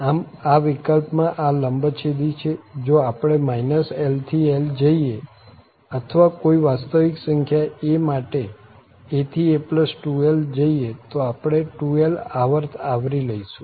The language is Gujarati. આમ આ વિકલ્પમાં આ લંબછેદી છે જો આપણે l થી l જઈએ અથવા કોઈ વાસ્તવિક સંખ્યા a માટે a થી a2l જઈએ તો આપણે 2l આવર્ત આવરી લઈશું